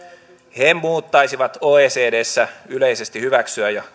he muuttaisivat oecdssä yleisesti hyväksyttyä ja